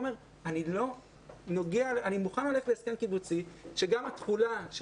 אומר שאני מוכן ללכת להסדר קיבוצי שגם התחולה של